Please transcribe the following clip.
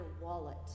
wallet